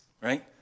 right